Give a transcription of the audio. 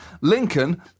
Lincoln